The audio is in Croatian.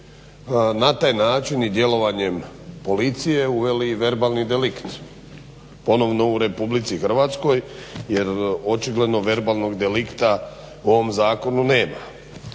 na taj način i djelovanjem policije uveli i verbalni delikt ponovno u Republici Hrvatskoj, jer očigledno verbalnog delikta u ovom zakonu nema.